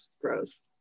gross